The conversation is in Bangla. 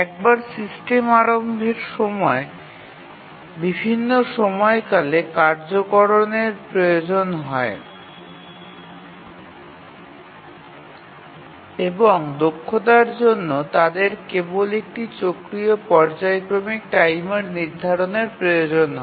একবার সিস্টেম আরম্ভের সময় বিভিন্ন সময়কালে কার্যকরকরণের প্রয়োজন হয় এবং দক্ষতার জন্য তাদের কেবল একটি চক্রীয় পর্যায়ক্রমিক টাইমার নির্ধারণের প্রয়োজন হয়